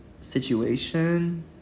situation